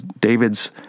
David's